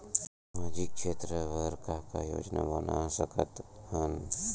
सामाजिक क्षेत्र बर का का योजना बना सकत हन?